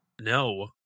No